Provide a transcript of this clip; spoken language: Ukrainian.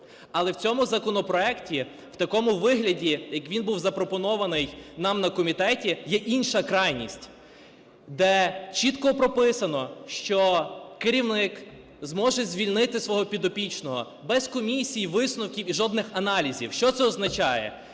Але в цьому законопроекті, в такому вигляді як він був запропонований нам на комітеті, є інша крайність, де чітко прописано, що керівник зможе звільнити свого підопічного без комісії і висновків, і жодних аналізів. Що це означає?